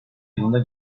yılında